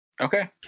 okay